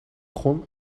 begon